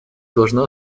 должно